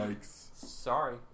Sorry